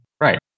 Right